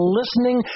listening